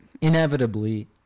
inevitably